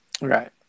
Right